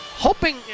hoping